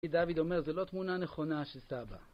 דוד אומר זה לא תמונה נכונה של סבא